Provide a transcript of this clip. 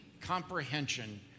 comprehension